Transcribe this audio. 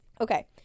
Okay